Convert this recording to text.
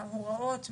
להוראות מ-(1)